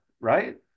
right